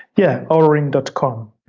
yeah, ouraring dot com,